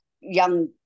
young